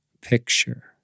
Picture